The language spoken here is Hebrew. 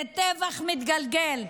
זה טבח מתגלגל.